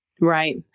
Right